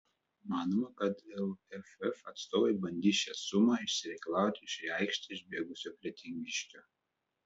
manoma kad lff atstovai bandys šią sumą išsireikalauti iš į aikštę išbėgusio kretingiškio